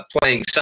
playing